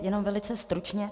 Jenom velice stručně.